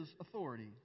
authority